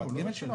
בקופת הגמל שלו?